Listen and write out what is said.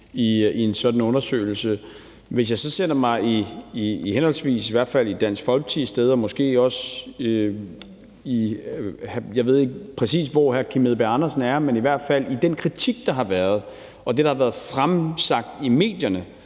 i en sådan undersøgelse. Hvis jeg så sætter mig i Dansk Folkepartis sted – og jeg ved ikke, præcis hvor hr. Kim Edberg Andersen er – og forholder mig til den kritik, der har været, og det, der har været fremlagt i medierne,